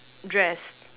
dress